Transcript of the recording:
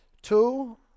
Two